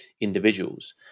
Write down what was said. individuals